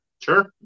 Sure